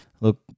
look